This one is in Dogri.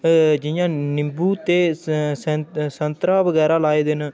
जि'यां नीबूं ते सैं संतरा बगैरा लाए दे न